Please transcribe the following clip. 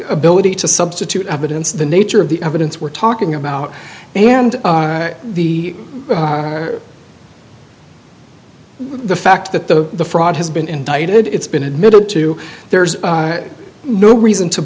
ability to substitute evidence the nature of the evidence we're talking about and the the fact that the fraud has been indicted it's been admitted to there's no reason to